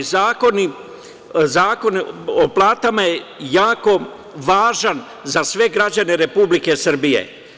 Zakon o platama je jako važan za sve građane Republike Srbije.